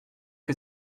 que